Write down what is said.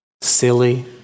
Silly